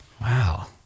Wow